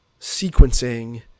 sequencing